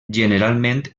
generalment